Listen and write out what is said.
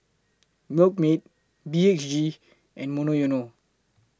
Milkmaid B H G and Monoyono